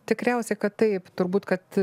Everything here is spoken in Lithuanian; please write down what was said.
tikriausiai kad taip turbūt kad